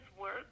work